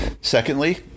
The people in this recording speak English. Secondly